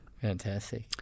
Fantastic